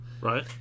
Right